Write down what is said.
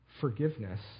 forgiveness